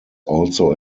also